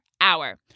hour